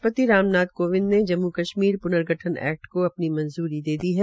राष्ट्रपति रामनाथ कोविंद ने जम्मू कश्मीर प्र्नगठन एकट को अपनी मंजूर दे दी है